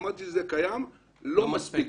אמרתי שזה קיים אבל לא מספיק.